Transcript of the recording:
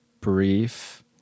brief